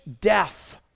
Death